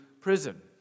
prison